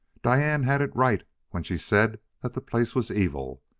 diane had it right when she said that the place was evil.